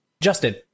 Justin